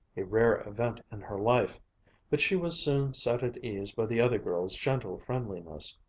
a rare event in her life but she was soon set at ease by the other girl's gentle friendliness,